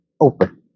open